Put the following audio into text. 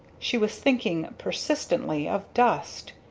she was thinking, persistently, of dust.